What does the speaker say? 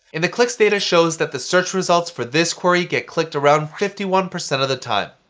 and the clicks data shows that the search results for this query get clicked around fifty one percent of the time.